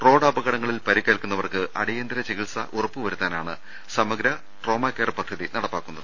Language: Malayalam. റോഡപകടങ്ങളിൽ പരിക്കേൽക്കുന്നവർക്ക് അടിയന്തിര ചികിത്സ ഉറപ്പുവരുത്താനാണ് സമഗ്ര ട്രോമാകെയർ പദ്ധതി നടപ്പാക്കുന്നത്